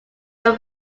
your